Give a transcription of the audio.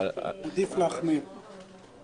זה לא עוד משהו,